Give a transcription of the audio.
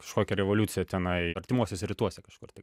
šokio revoliucija tenai artimuosiuose rytuose kažkur tai